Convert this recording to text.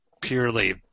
purely